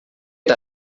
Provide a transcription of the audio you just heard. get